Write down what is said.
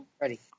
Ready